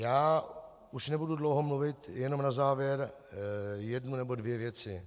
Já už nebudu dlouho mluvit, jenom na závěr jednu nebo dvě věci.